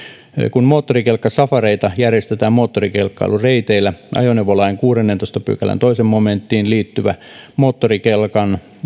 kun moottorikelkkasafareita järjestetään moottorikelkkailureiteillä ajoneuvolain kuudennentoista pykälän toiseen momenttiin liittyvä moottorikelkan